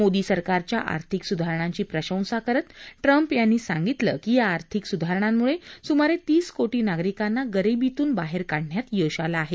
मोदी सरकारच्या आर्थिक सुधारणांची प्रशंसा करत ट्रम्प यांनी सांगितलं की या आर्थिक सुधारणांमुळे सुमारे तीस कोटी नागरिकांना गरीबीतून बाहेर काढण्यात यश आलं आहे